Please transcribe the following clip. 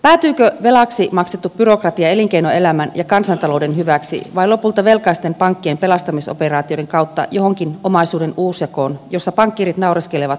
päätyykö velaksi maksettu byrokratia elinkeinoelämän ja kansantalouden hyväksi vai lopulta velkaisten pankkien pelastamisoperaatioiden kautta johonkin omaisuuden uusjakoon jossa pankkiirit naureskelevat hyväuskoisille valtioille